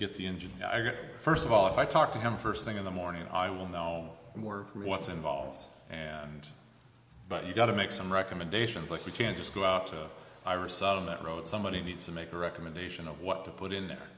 get the engine i get first of all if i talk to him first thing in the morning i will know more who was involved and but you've got to make some recommendations like we can't just go up to iris on that road somebody needs to make a recommendation of what to put in there